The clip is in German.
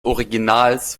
originals